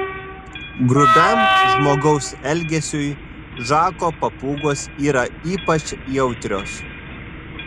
grubiam žmogaus elgesiui žako papūgos yra ypač jautrios